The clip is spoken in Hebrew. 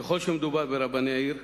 ככל שמדובר ברבני עיר,